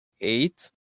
eight